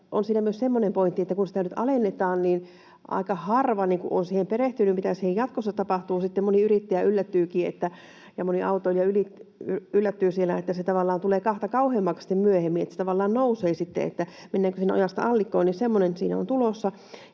myös semmoinen pointti, että kun sitä nyt alennetaan, niin aika harva on siihen perehtynyt, mitä siinä jatkossa tapahtuu. Sitten moni yrittäjä ja moni autoilija yllättyykin siellä, että se tavallaan tulee kahta kauheammaksi sitten myöhemmin, että se tavallaan nousee sitten — että mennäänkö siinä ojasta allikkoon, jos semmoinen siihen on tulossa.